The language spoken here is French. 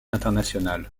international